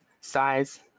size